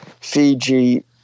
Fiji